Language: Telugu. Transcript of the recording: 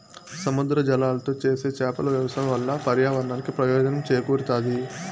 సముద్ర జలాలతో చేసే చేపల వ్యవసాయం వల్ల పర్యావరణానికి ప్రయోజనం చేకూరుతాది